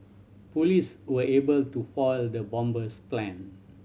police were able to foil the bomber's plan